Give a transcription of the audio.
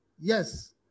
Yes